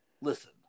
Listen